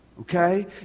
Okay